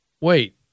wait